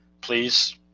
Please